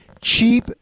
Cheap